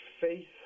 faith